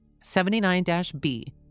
79-B